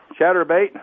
chatterbait